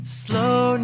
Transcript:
slow